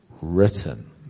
written